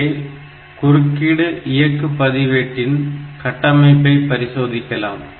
இங்கே குறுக்கீடு இயக்கு பதிவேட்டின் கட்டமைப்பை பரிசோதிக்கலாம்